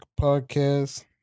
podcast